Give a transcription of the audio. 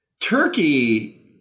Turkey